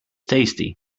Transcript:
tasty